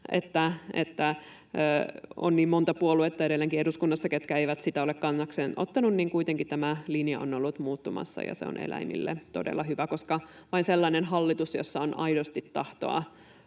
on niin monta puoluetta, jotka eivät sitä ole kannakseen ottaneet. Kuitenkin tämä linja on ollut muuttumassa, ja se on eläimille todella hyvä, koska vain sellainen hallitus, jossa on aidosti tahtoa